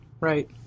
Right